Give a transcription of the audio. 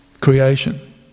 creation